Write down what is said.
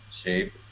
shape